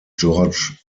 george